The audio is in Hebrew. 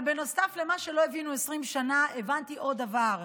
אבל בנוסף למה שלא הבינו 20 שנה הבנתי עוד דבר: